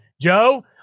Joe